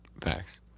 Facts